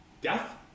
Death